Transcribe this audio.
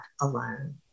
alone